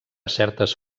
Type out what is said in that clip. certes